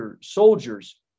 soldiers